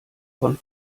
von